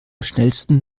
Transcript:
schnellsten